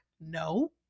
no